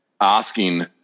asking